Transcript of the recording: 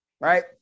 right